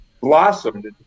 blossomed